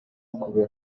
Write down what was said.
күбө